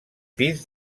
pis